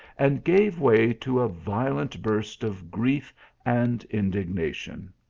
and gave way to a violent burst of grief and indignation.